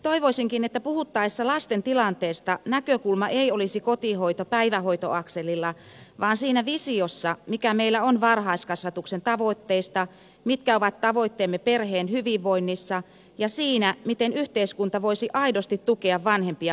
toivoisinkin että puhuttaessa lasten tilanteesta näkökulma ei olisi kotihoitopäivähoito akselilla vaan siinä visiossa mikä meillä on varhaiskasvatuksen tavoitteista mitkä ovat tavoitteemme perheen hyvinvoinnissa ja siinä miten yhteiskunta voisi aidosti tukea vanhempia kasvatusvastuussa